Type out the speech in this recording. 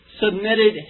submitted